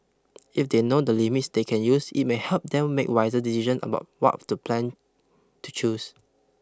if they know the limits they can use it may help them make wiser decisions about what plan to choose